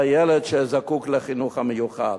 זה הילד שזקוק לחינוך המיוחד.